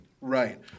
Right